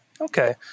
Okay